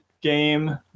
game